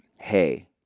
hey